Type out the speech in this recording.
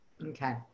Okay